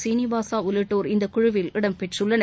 சீனிவாசா உள்ளிட்டோர் இந்தக்குழுவில் இடம் பெற்றுள்ளனர்